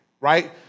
Right